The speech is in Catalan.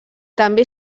també